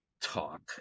talk